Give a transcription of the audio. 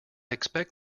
expect